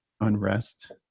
unrest